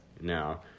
now